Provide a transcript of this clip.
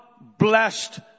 blessed